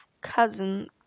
cousin